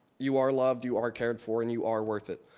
you are loved, you are cared for and you are worth it.